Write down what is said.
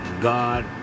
God